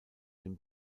den